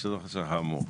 מתוך השטח האמור.